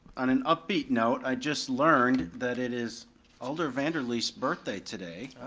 on an upbeat note, i just learned that it is alder vanderleest's birthday today.